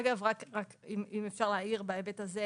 אגב, אם רק אפשר להעיר בהיבט הזה,